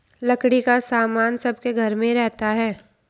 लकड़ी का सामान सबके घर में रहता है